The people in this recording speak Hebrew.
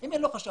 אם אין לו חשד.